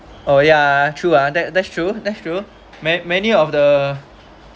oh ya true ah that that's true that's true man~ many of the